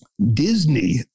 Disney